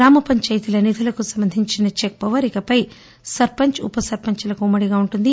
గ్రామ పంచాయితీల నిధులకు సంబంధించిన చెక్పవర్ ఇకపై సర్పంచ్ ఉప సర్పంచ్లకు ఉమ్మడిగా వుంటుంది